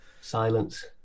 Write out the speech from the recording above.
silence